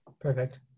Perfect